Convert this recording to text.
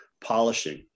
polishing